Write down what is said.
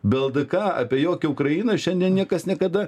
be ldk apie jokią ukrainą šiandien niekas niekada